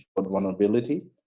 vulnerability